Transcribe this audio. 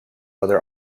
other